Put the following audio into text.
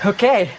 Okay